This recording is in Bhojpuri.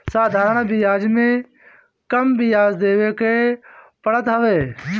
साधारण बियाज में कम बियाज देवे के पड़त हवे